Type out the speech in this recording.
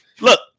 look